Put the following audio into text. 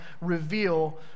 reveal